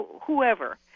whoever